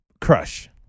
crush